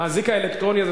האזיק האלקטרוני הזה,